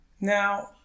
Now